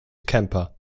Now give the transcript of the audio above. camper